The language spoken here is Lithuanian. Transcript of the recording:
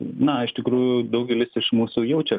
na iš tikrųjų daugelis iš mūsų jaučia